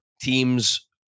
teams